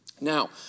Now